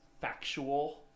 factual